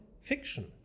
fiction